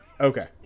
Okay